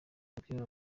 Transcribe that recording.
michelle